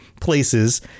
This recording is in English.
places